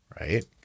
right